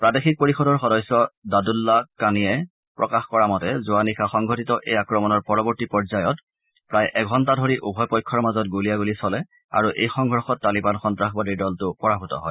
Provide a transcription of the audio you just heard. প্ৰাদেশিক পৰিষদৰ সদস্য দাদুল্লা ক্বানিয়ে প্ৰকাশ কৰা মতে যোৱা নিশা সংঘটিত এই আক্ৰমণৰ পৰৱৰ্তী পৰ্যায়ত প্ৰায় এঘণ্টা ধৰি উভয় পক্ষৰ মাজত গুলীয়াগুলী চলে আৰু এই সংঘৰ্যত তালিবান সন্ত্ৰাসবাদীৰ দলটো পৰাভূত হয়